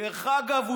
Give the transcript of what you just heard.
דרך אגב,